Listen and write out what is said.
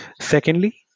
Secondly